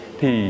thì